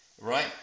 right